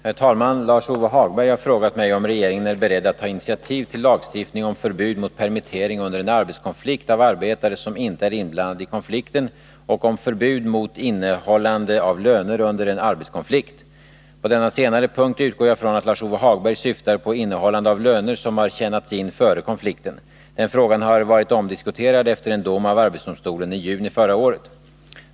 Herr talman! Lars-Ove Hagberg har frågat mig om regeringen är beredd att ta initiativ till lagstiftning om förbud mot permittering under en arbetskonflikt av arbetare som inte är inblandade i konflikten och om förbud mot innehållande av löner under en arbetskonflikt. På denna senare punkt utgår jag från att Lars-Ove Hagberg syftar på innehållande av löner som har tjänatsin före konflikten. Den frågan har varit omdiskuterad efter en dom av arbetsdomstolen i juni förra året.